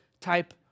type